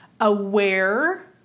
aware